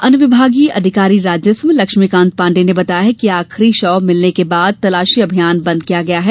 अनुविभागीय अधिकारी राजस्व लक्ष्मीकांत पाण्डे ने बताया है कि आखरी शव मिलने के बाद तलाशी अभियान बन्द किया गया है